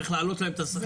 צריך להעלות להם את השכר.